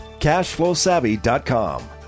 cashflowsavvy.com